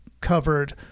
covered